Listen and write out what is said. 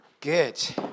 Good